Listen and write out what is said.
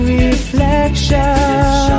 reflection